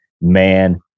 man